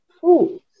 food